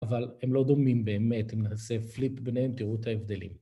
‫אבל הם לא דומים באמת, ‫אם נעשה פליפ ביניהם תראו את ההבדלים.